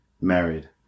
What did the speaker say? married